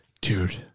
dude